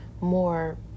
more